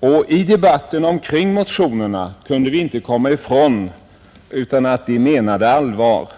kronor. I debatten omkring motionerna kunde vi inte förstå annat än att de menade allvar.